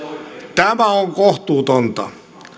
tämä on kohtuutonta